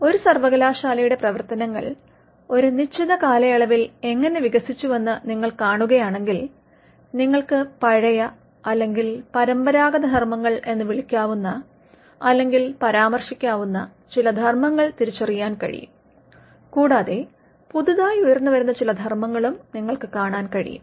ഒരു സർവ്വകലാശാലയുടെ പ്രവർത്തനങ്ങൾ ഒരു നിശ്ചിത കാലയളവിൽ എങ്ങനെ വികസിച്ചുവെന്ന് നിങ്ങൾ കാണുകയാണെങ്കിൽ നിങ്ങൾക്ക് പഴയ അല്ലെങ്കിൽ പരമ്പരാഗത ധർമ്മങ്ങൾ എന്ന് വിളിക്കാവുന്ന അല്ലെങ്കിൽ പരാമർശിക്കാവുന്ന ചില ധർമ്മങ്ങൾ തിരിച്ചറിയാൻ കഴിയും കൂടാതെ പുതുതായി ഉയർന്നുവരുന്ന ചില ധർമ്മങ്ങളും നിങ്ങൾക്ക് കാണാൻ കഴിയും